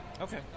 Okay